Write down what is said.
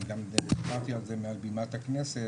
אני גם דיברתי על זה מעל בימת הכנסת,